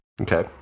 okay